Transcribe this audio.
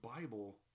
Bible